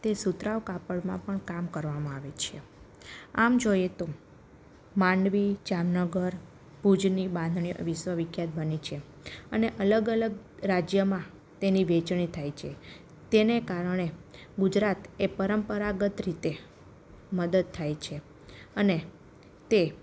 તે સુતરાઉ કાપડમાં પણ કામ કરવામાં આવે છે આમ જોઈએ તો માંડવી જામનગર ભુજની બાંધણી વિશ્વવિખ્યાત બની છે અને અલગ અલગ રાજ્યમાં તેની વહેંચણી થાય છે તેને કારણે ગુજરાત એ પરંપરાગત રીતે મદદ થાય છે અને તે